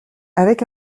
avec